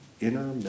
inner